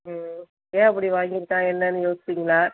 ம் ஏன் இப்படி வாங்கி இருக்கான் என்னென்னு யோசிங்களா